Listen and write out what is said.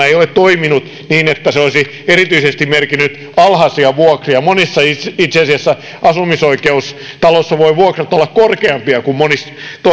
ei ole toiminut niin että se olisi erityisesti merkinnyt alhaisia vuokria itse itse asiassa monissa asumisoikeustaloissa voivat vuokrat olla korkeampia